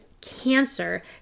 cancer